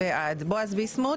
בועז ביסמוט.